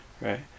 Right